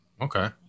okay